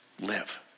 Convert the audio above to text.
live